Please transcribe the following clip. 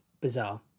bizarre